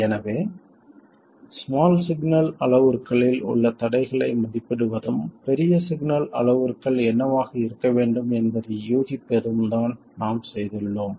எனவே small signal அளவுருக்களில் உள்ள தடைகளை மதிப்பிடுவதும் பெரிய சிக்னல் அளவுருக்கள் என்னவாக இருக்க வேண்டும் என்பதை ஊகிப்பதும் தான் நாம் செய்துள்ளோம்